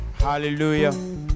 Hallelujah